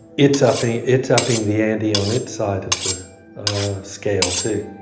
its upping its upping the anti on its side of the scale too.